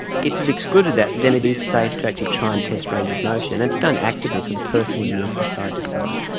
if you've excluded that, then it is safe to actually try and test range of motion, and it's done actively, so the person would move from side to side.